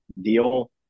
deal